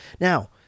Now